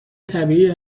طبیعیه